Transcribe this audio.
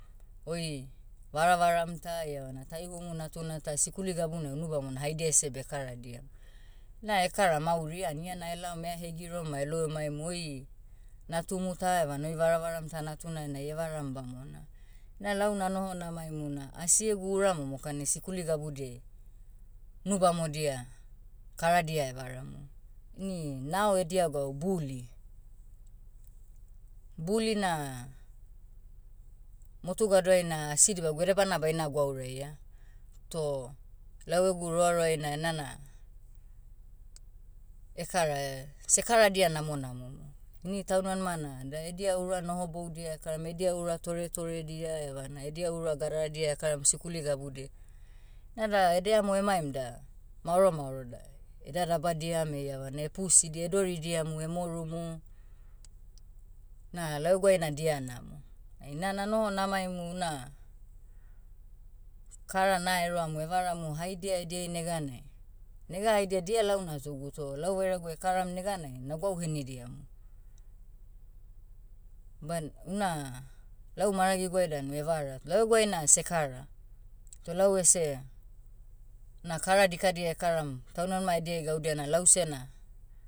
Oi, varavaram ta eivana taihumu natuna ta sikuli gabunai unu bamona haidia ese bekaradiam. Na ekaram auri an iana elaom ea hegirom ma elou emaim oi, natumu tah evana oi varavaram ta natuna enai evaram bamona. Na lau nanoho namaimu na asi egu ura momokani sikuli gabudiai, unu bamodia, karadia evaramu. Ini nao edia gwau bully. Bully na, motu gadoai na asi dibagu edebana baina gwauraia. Toh, lau egu roaroaina enana, ekara, sekaradia namonamomu. Ini taunimanima na da edia ura nohoboudia ekaram edia ura toretoredia evana edia ura gadaradia ekaram sikuli gabudiai. Nada edeamo emaim da, maoro maoro da, dadabadiam eiavana pusidia doridiamu emorumu, na lau eguai na dia namo. Ai na nanoho namaimu una, kara na heroamu evaramu haidia ediai neganai, nega haidia dia lau natugu toh lau vairaguai ekaram neganai nagwau henidiamu. Ban- una, lau maragiguai danu evara. Lau eguai na sekara. Toh lau ese, na kara dikadia ekaram, taunimanima ediai gaudia na lause na,